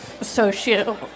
social